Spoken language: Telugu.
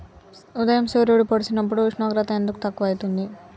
ఉదయం సూర్యుడు పొడిసినప్పుడు ఉష్ణోగ్రత ఎందుకు తక్కువ ఐతుంది?